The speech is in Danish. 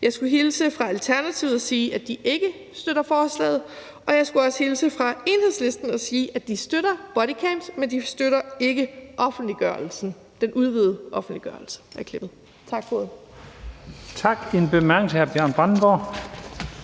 Jeg skulle hilse fra Alternativet og sige, at de ikke støtter forslaget, og jeg skulle også hilse fra Enhedslisten og sige, at de støtter bodycams, men ikke støtter den udvidede offentliggørelse af klip. Tak for ordet. Kl. 15:25 Første næstformand